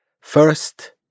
First